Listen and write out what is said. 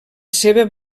seva